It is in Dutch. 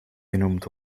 genoemd